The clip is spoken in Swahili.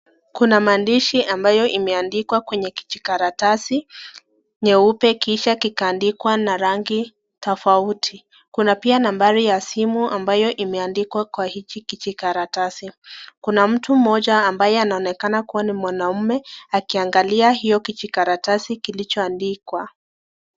Kuna maandishi ambayo imeandikwa kwenye kijikaratasi nyeupe kisha kikaandikwa kwa rangi tofauti. Kuna pia nambari ya simu ambayo imeandikwa kwa hiki kijikaratasi. Kuna mtu mmoja ambae anaeonekana kuwa ni mwanaume akiangalia hio kijikaratasi kilichoandikwa.